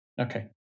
Okay